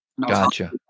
Gotcha